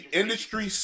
industry